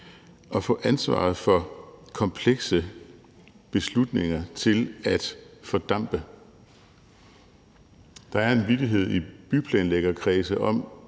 at få ansvaret for komplekse beslutninger til at fordampe. Der er en vittighed i byplanlæggerkredse om,